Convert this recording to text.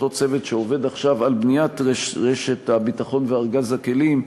אותו צוות שעובד עכשיו על בניית רשת הביטחון וארגז הכלים,